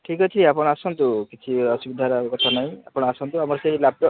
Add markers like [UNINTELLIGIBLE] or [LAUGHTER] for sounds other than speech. ଠିକ ଅଛି ଆପଣ ଆସନ୍ତୁ କିଛି ଅସୁବିଧାର କଥା ନାଇଁ ଆପଣ ଆସନ୍ତୁ ଆମର ସେଇ [UNINTELLIGIBLE]